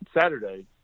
Saturday